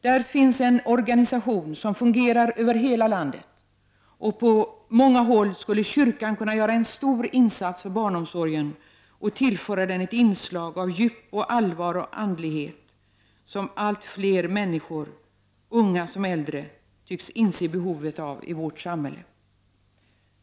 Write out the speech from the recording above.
Där finns en organisation som fungerar över hela landet, och på många håll skulle kyrkan kunna göra en stor insats för barnomsorgen och tillföra den ett inslag av djup, allvar och andlighet som allt fler människor, unga som äldre, tycks inse behovet av i vårt samhälle.